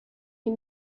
die